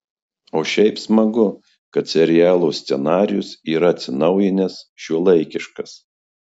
o šiaip smagu kad serialo scenarijus yra atsinaujinęs šiuolaikiškas